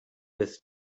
with